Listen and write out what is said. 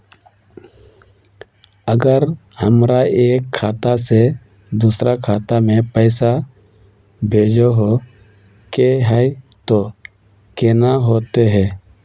अगर हमरा एक खाता से दोसर खाता में पैसा भेजोहो के है तो केना होते है?